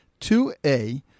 2A